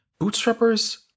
Bootstrappers